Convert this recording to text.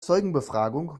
zeugenbefragung